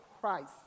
Christ